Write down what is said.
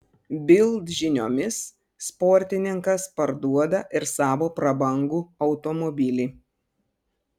bild žiniomis sportininkas parduoda ir savo prabangų automobilį